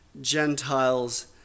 Gentiles